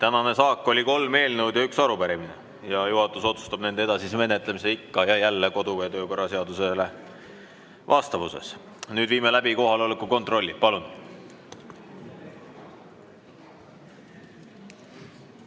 Tänane saak oli kolm eelnõu ja üks arupärimine. Juhatus otsustab nende edasise menetlemise ikka ja jälle kodu- ja töökorra seadusega vastavuses. Nüüd viime läbi kohaloleku kontrolli. Palun!